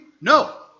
No